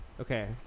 Okay